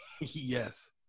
yes